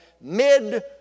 mid